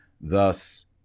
Thus